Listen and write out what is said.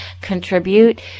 contribute